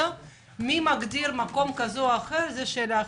מי מגדיר מקום כזה או אחר זו שאלה אחרת,